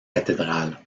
cathédrale